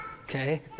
Okay